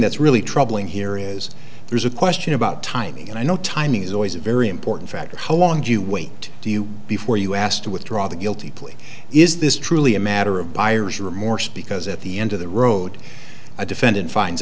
that's really troubling here is there's a question about timing and i know timing is always a very important factor how long do you wait do you before you ask to withdraw the guilty plea is this truly a matter of buyer's remorse because at the end of the road a defendant finds